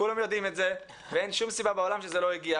כולם יודעים את זה ואין שם סיבה בעולם שזה לא יקרה.